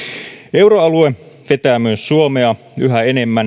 euroalue vetää myös suomea yhä enemmän